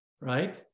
right